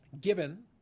given